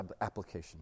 application